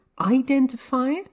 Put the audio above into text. identify